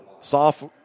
soft